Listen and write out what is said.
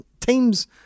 teams